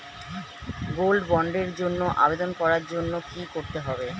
Gold বন্ডের জন্য আবেদন করার জন্য কি করতে হবে?